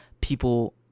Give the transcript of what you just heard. people